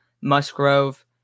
Musgrove